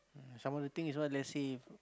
some more the thing is what let's say